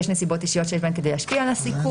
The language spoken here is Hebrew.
יש נסיבות אישיות שיש בהן כדי להשפיע על הסיכון.